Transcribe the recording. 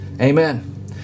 Amen